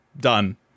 done